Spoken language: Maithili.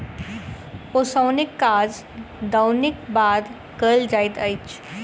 ओसौनीक काज दौनीक बाद कयल जाइत अछि